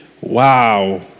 Wow